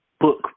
book